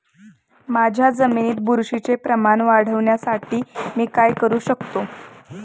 माझ्या जमिनीत बुरशीचे प्रमाण वाढवण्यासाठी मी काय करू शकतो?